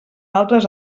altres